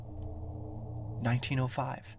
1905